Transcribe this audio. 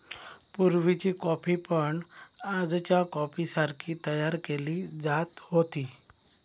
पुर्वीची कॉफी पण आजच्या कॉफीसारखी तयार केली जात होती